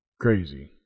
Crazy